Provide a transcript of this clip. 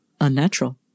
unnatural